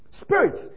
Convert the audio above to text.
spirits